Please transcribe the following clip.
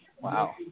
Wow